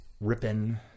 ripping